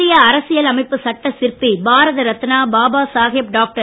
இந்திய அரசியலமைப்புச் சட்ட சிற்பி பாரத் ரத்னா பாபா சாஹப் டாக்டர்